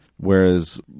Whereas